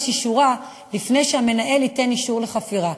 אישורה לפני שהמנהל ייתן אישור לחפירה.